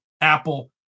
Apple